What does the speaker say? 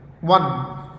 One